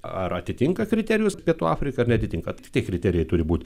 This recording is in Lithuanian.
ar atitinka kriterijus pietų afrika ar ne atitinka tie kriterijai turi būt